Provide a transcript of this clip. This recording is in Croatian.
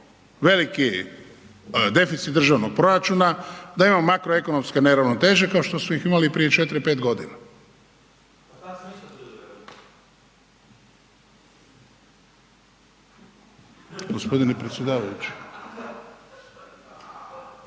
veliki deficit državnog proračuna, da imamo makroekonomske neravnoteže kao što su ih imali prije 4-5 godina?